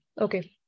Okay